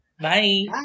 Bye